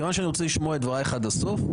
כיוון שאני רוצה לשמוע את דבריך עד הסוף,